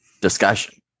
discussion